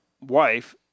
wife